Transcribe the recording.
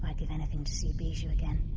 like give anything to see bijou again.